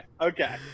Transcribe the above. okay